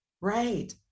right